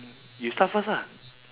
you start first ah